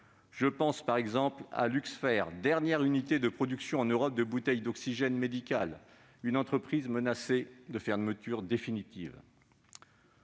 Je pense par exemple à Luxfer, dernière unité de production en Europe de bouteilles d'oxygène médical, une entreprise menacée de fermeture définitive.